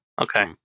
Okay